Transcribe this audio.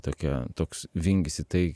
tokia toks vingis į tai